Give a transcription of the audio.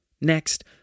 Next